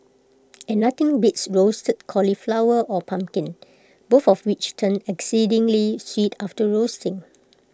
and nothing beats roasted cauliflower or pumpkin both of which turn exceedingly sweet after roasting